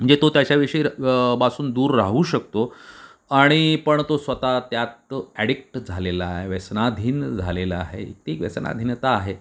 म्हणजे तो त्याच्याविषयी पासून दूर राहू शकतो आणि पण तो स्वतः त्यात ॲडीक्ट झालेला आहे व्यसनाधीन झालेला आहे ती व्यसनाधीनता आहे